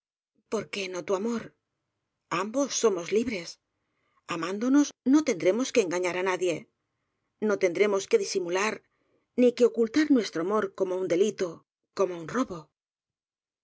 por qué no tu amor ambos somos libres amándonos no ten dremos que engañar á nadie no tendremos que disimular ni que ocultar nuestro amor como un delito como un robo